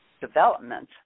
development